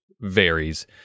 varies